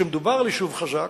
כשמדובר על יישוב חזק,